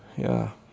ya